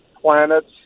planets